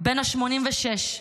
בן ה-86,